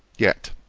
yet,